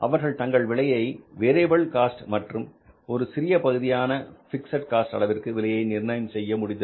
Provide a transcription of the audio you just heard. அவர்கள் தங்கள் விலையை வேரியபில்காஸ்ட் மற்றும் ஒரு சிறிய பகுதியாக பிக்ஸட் காஸ்ட் அளவிற்கு விலையை நிர்ணயம் செய்ய முடிந்தது